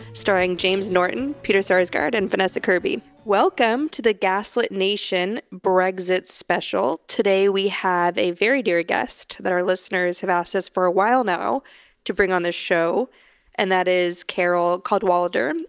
starring james norton, peter sarsgaard and vanessa kirby. welcome to the gaslit nation brexit special. today we have a very dear guest that our listeners have asked us for a while now to bring on this show and that is carole cadwalladr, and